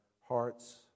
hearts